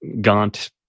gaunt